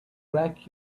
wreck